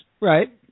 Right